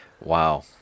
Wow